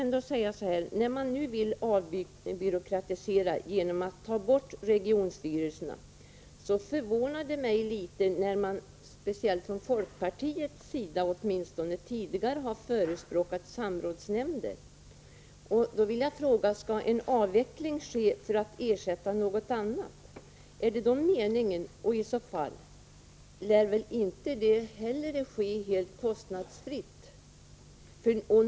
När man nu vill avbyråkratisera genom att ta bort regionstyrelserna förvånar det mig litet, speciellt som man från folkpartiets sida åtminstone tidigare har förespråkat samrådsnämnder. Då vill jag fråga: Skall en avveckling ske för att regionstyrelserna skall kunna ersättas med något annat? Om det är meningen lär det inte heller ske helt kostnadsfritt.